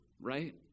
right